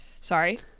sorry